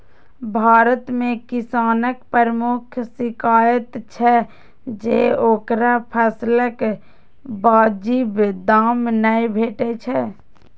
भारत मे किसानक प्रमुख शिकाइत छै जे ओकरा फसलक वाजिब दाम नै भेटै छै